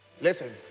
Listen